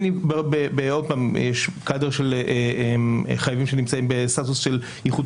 ויש חייבים שנמצאים בסטטוס של איחוד